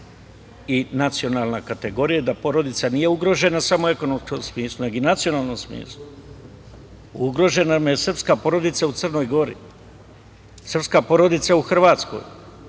i nacionalna kategorija. Da porodica nije ugrožena, samo u ekonomskom mislu, nego i nacionalnom smislu. Ugrožena nam je srpska porodica u Crnoj Gori, srpska porodica u Hrvatskoj,